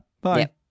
Bye